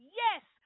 yes